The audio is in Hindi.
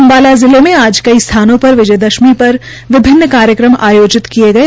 अम्बाला जिले में आज कई स्थानों पर विजय दशमी पर विभिन्न कार्यक्रम आयोजित किये गये